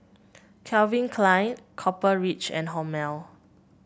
Calvin Klein Copper Ridge and Hormel